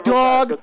dog